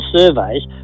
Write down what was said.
surveys